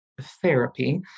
therapy